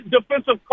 defensive